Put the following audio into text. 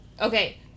okay